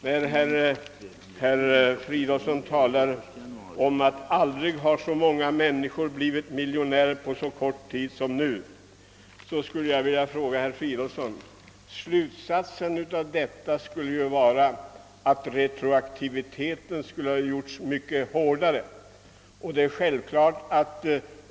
När herr Fridolfsson talar om att så många människor aldrig har blivit miljonärer på så kort tid som nu skulle jag vilja säga till honom: Slutsatsen härav borde vara att låta retroaktiviteten gå ännu längre tillbaka.